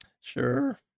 Sure